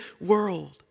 world